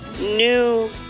new